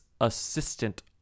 assistant